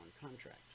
contract